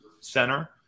center